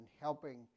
helping